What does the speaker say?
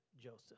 Joseph